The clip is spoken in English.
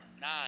nine